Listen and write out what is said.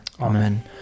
Amen